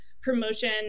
promotion